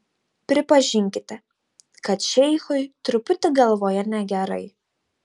pripažinkite kad šeichui truputį galvoje negerai